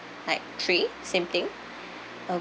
like three same thing